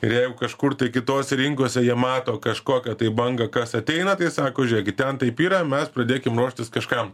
ir jeigu kažkur tai kitose rinkose jie mato kažkokią tai bangą kas ateina tai sako žiūrėkit ten taip yra mes pradėkim ruoštis kažkam